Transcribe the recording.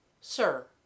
Sir